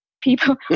people